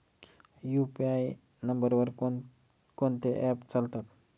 UPI नंबरवर कोण कोणते ऍप्स चालतात?